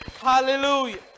hallelujah